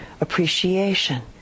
appreciation